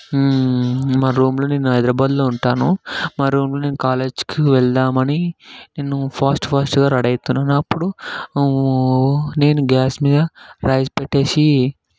మా రూమ్లో నేను హైదరాబాద్లో ఉంటాను మా రూమ్లో నేను కాలేజ్కి వెళ్దామని నేను ఫాస్ట్ ఫాస్ట్గా రెడీ అవుతున్నాను అప్పుడు నేను గ్యాస్ మీద రైస్ పెట్టేసి